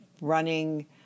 running